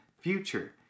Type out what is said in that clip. future